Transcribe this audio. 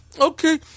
okay